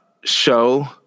show